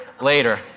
later